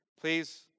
please